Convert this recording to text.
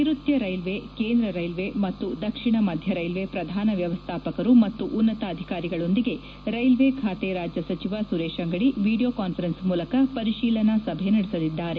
ನೈರುತ್ಯ ರೈಲ್ವೆ ಕೇಂದ್ರ ರೈಲ್ವೆ ಮತ್ತು ದಕ್ಷಿಣ ಮಧ್ಯ ರೈಲ್ವೆ ಪ್ರಧಾನ ವ್ಯವಸ್ಥಾಪಕರು ಮತ್ತು ಉನ್ನತಾಧಿಕಾರಿಗಳೊಂದಿಗೆ ರೈಲ್ವೆ ಖಾತೆ ರಾಜ್ಯ ಸಚಿವ ಸುರೇಶ್ ಅಂಗದಿ ವಿಡಿಯೋ ಕಾನ್ವರೆನ್ಸ್ ಮೂಲಕ ಪರಿಶೀಲನಾ ಸಭೆ ನಡೆಸಿದ್ದಾರೆ